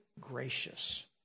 gracious